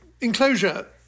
Enclosure